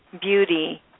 beauty